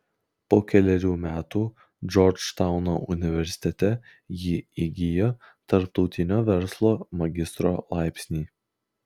po kelerių metų džordžtauno universitete ji įgijo tarptautinio verslo magistro laipsnį